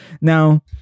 Now